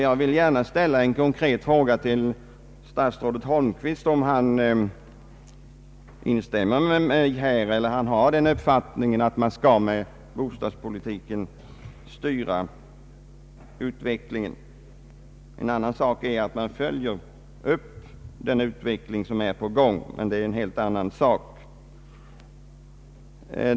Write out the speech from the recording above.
Jag vill gärna ställa en konkret fråga till statsrådet Holmqvist: Instämmer statsrådet i min uppfattning, eller anser statsrådet att man skall styra utvecklingen med bostadspolitiken? En helt annan sak är att följa upp den utveckling som pågår.